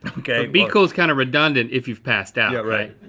okay. be cool's kinda redundant if you've passed out. yeah right.